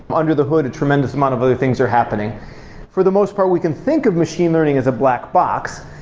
under the hood, a tremendous amount of other things are happening for the most part, we can think of machine learning as a black box,